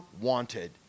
wanted